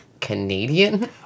Canadian